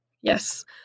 yes